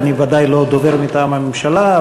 ואני ודאי לא דובר מטעם הממשלה,